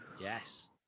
Yes